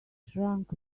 shrunk